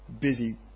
busy